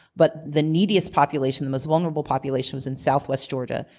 but the neediest population, the most vulnerable population was in southwest georgia.